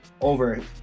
over